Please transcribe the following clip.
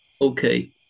Okay